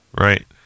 Right